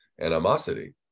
animosity